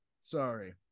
Sorry